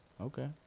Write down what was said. Okay